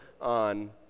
on